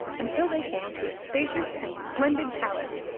until they came to a spacious and splendid palace,